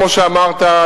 כמו שאמרת,